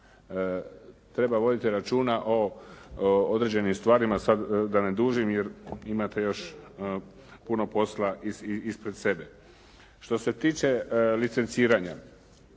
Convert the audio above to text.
Treba voditi računa, o određenim stvarima, sada da ne dužim, jer imate još puno posla ispred sebe. Što se tiče licenciranja,